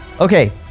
Okay